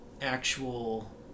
actual